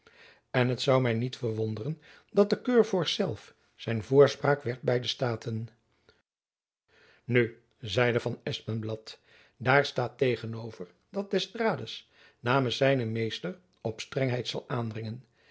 en het zoû my niet verwonderen dat de keurvorst zelf zijn voorspraak werd by de staten nu zeide van espenblad daar staat tegenover dat d'estrades namens zijnen meester op gestrengheid zal aandringen